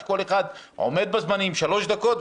שכל אחד עומד בזמן של שלוש דקות,